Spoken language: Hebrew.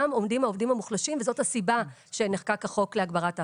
עומדים העובדים המוחלשים וזאת הסיבה שנחקק החוק להגברת האכיפה.